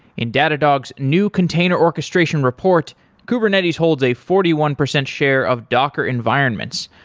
in datadog's new container orchestration report kubernetes holds a forty one percent share of docker environments,